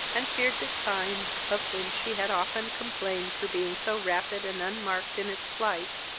and feared that time, of whom she had often complained for being so rapid and unmarked in its flight,